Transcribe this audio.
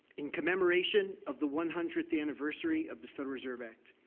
in commemoration of the one hundredth anniversary of the federal reserve act,